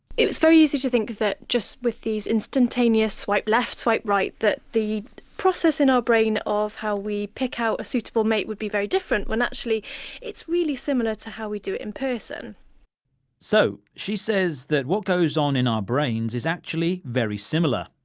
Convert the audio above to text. it's very easy to think that just with these instantaneous swipe left, swipe right, that the process in our brain of how we pick out a suitable mate would be very different, when actually it's really similar to how we do it in person. rob so she says that what goes on in our brains is actually very similar.